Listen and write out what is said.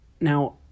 Now